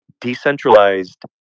decentralized